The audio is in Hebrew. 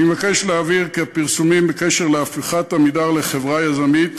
אני מבקש להבהיר כי הפרסומים בקשר להפיכת "עמידר" לחברה יזמית